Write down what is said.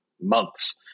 months